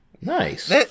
Nice